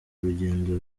urugendo